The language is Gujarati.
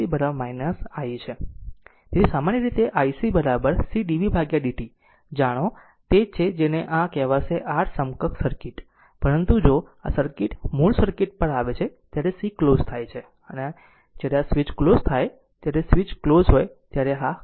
તેથી સામાન્ય રીતે ic c dv dt જાણો આ તે જ છે જેને આ કહેવાશે R સમકક્ષ સર્કિટ પરંતુ જો આ સર્કિટ મૂળ સર્કિટ પર આવે છે જ્યારે c ક્લોઝ થાય છે જ્યારે આ સ્વીચ ક્લોઝ હોય ત્યારે સ્વીચ ક્લોઝ હોય છે